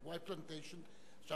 "וואי פלנטיישן" הוא